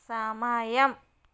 సమయం